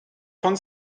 von